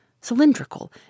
cylindrical